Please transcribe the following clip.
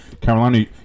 Carolina